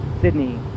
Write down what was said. Sydney